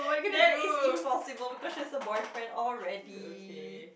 that is impossible because she has a boyfriend already